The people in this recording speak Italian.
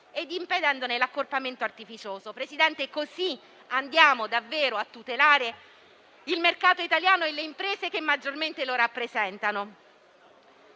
e impedendone l'accorpamento artificioso. Signor Presidente, in questo modo andiamo davvero a tutelare il mercato italiano e le imprese che maggiormente lo rappresentano.